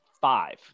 five